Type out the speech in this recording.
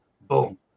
Boom